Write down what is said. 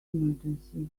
emergency